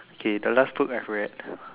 okay the last two I haven't read